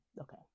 Okay